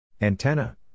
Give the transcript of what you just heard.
Antenna